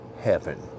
heaven